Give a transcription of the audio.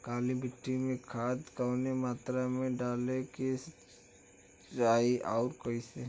काली मिट्टी में खाद कवने मात्रा में डाले के चाही अउर कइसे?